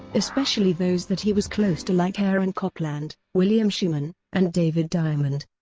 especially those that he was close to like aaron copland, william schuman and david diamond.